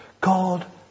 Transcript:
God